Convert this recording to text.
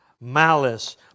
malice